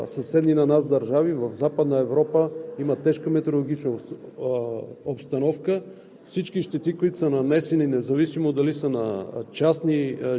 щети, които са нанесени от тези… Вие виждате, че в съседните на нас държави в Западна Европа има тежка метеорологична обстановка.